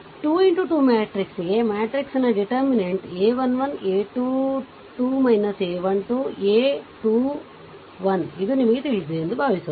a 2X2 ಮ್ಯಾಟ್ರಿಕ್ಸ್ಗೆ matrix ನ determinant a 1 1 a 2 2 a 1 2 a 21ಇದು ನಿಮಗೆ ತಿಳಿದಿದೆ ಎಂದು ಭಾವಿಸೋಣ